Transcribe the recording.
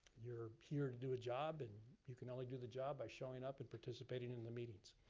you're here to do a job and you can only do the job by showing up and participating in the meetings.